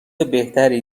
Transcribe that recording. بهتری